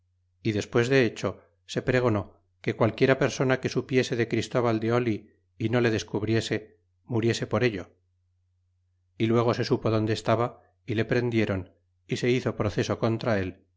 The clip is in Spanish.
y despues de hecho se pregonó que qualquiera persona que supiese de christóval de y no le descubriese muriese por ello y luego se supo donde estaba y le prendieron y se hizo proceso contra él